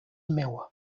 meua